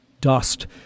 dust